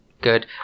Good